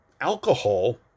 alcohol